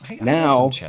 Now